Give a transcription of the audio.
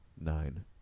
nine